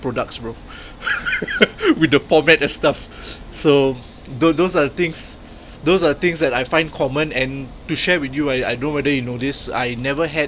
hair products bro with the pomade and stuff so tho~ those are things those are things that I find common and to share with you ah I don't know if you know this I never had